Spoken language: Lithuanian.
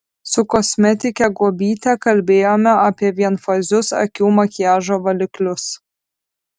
su kosmetike guobyte kalbėjome apie vienfazius akių makiažo valiklius